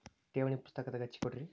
ಠೇವಣಿ ಪುಸ್ತಕದಾಗ ಹಚ್ಚಿ ಕೊಡ್ರಿ